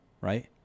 right